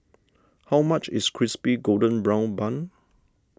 how much is Crispy Golden Brown Bun